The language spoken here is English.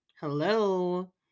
hello